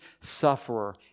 sufferer